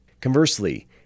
Conversely